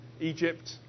Egypt